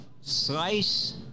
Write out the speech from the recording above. Slice